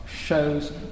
shows